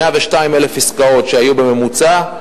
102,000 עסקאות שהיו בממוצע,